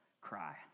Cry